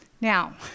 Now